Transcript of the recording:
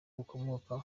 bukomoka